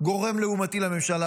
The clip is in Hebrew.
כגורם לעומתי לממשלה.